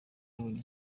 yabonye